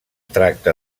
tracta